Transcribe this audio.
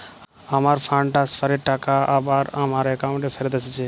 আমার fund transfer এর টাকা আবার আমার একাউন্টে ফেরত এসেছে